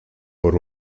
por